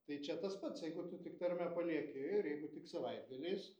tai čia tas pats jeigu tu tik tarmę palieki ir jeigu tik savaitgaliais